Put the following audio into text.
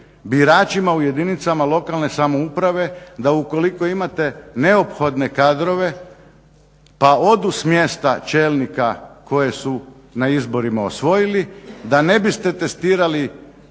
biračima u jedinicama lokalne samouprave da ukoliko imate neophodne kadrove pa odu s mjesta čelnika koje su na izborima osvojili, da ne biste testirali